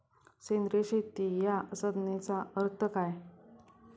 सेंद्रिय शेती या संज्ञेचा अर्थ काय?